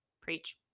Preach